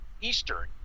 Eastern